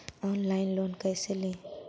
Online loan कैसे ली?